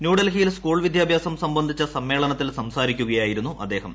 ന്യൂഡൽഹിയിൽ സ്കൂൾ വിദ്യാഭ്യാസം സംബന്ധിച്ച സമ്മേളനത്തിൽ സംസാരിക്കുകയായിരുന്നു അദ്ദേഹം